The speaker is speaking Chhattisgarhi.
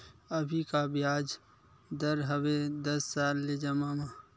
अभी का ब्याज दर हवे दस साल ले जमा मा?